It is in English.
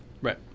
Right